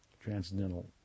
transcendental